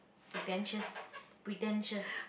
pretentious pretentious